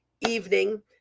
evening